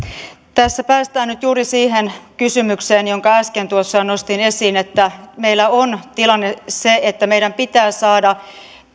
tässä päästään nyt juuri siihen kysymykseen jonka äsken tuossa nostin esiin että meillä on tilanne se että meidän pitää saada